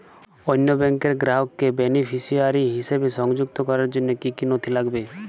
অন্য ব্যাংকের গ্রাহককে বেনিফিসিয়ারি হিসেবে সংযুক্ত করার জন্য কী কী নথি লাগবে?